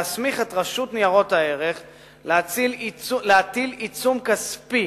להסמיך את רשות ניירות ערך להטיל עיצום כספי